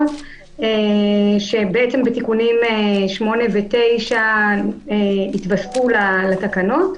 שבתיקונים 8 ו-9 היתוספו לתקנות.